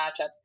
matchups